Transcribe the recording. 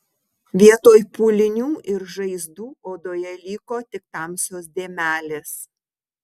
vietoj pūlinių ir žaizdų odoje liko tik tamsios dėmelės